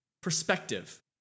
perspective